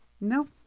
No